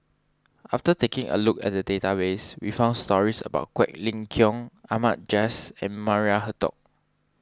after taking a look at the database we found stories about Quek Ling Kiong Ahmad Jais and Maria Hertogh